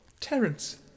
Terence